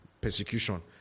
persecution